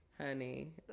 Honey